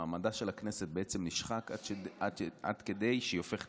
שמעמדה של הכנסת נשחק עד כדי שהיא הופכת